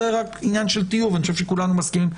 זה עניין של טיוב, ואני חושב שכולנו מסכימים.